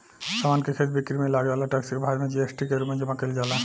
समान के खरीद बिक्री में लागे वाला टैक्स के भारत में जी.एस.टी के रूप में जमा कईल जाला